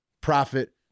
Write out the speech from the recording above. profit